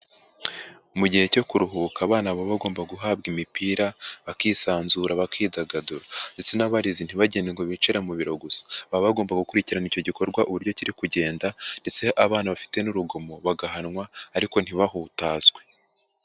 Mu gihe cyo kuruhuka abana baba bagomba guhabwa imipira, bakisanzura, bakidagadura ndetse n'abarezi ntibagende ngo bicare mu biro gusa, baba bagomba gukurikirana icyo gikorwa uburyo kiri kugenda ndetse abana bafite n'urugomo bagahanwa ariko ntibahutazwe.